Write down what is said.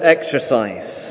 exercise